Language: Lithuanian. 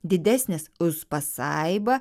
didesnis uz pasaibą